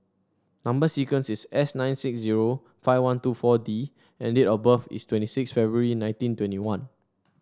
number sequence is S nine six zero five one two four D and date of birth is twenty six February nineteen twenty one